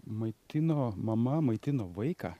maitino mama maitino vaiką